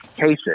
cases